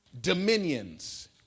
dominions